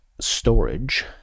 storage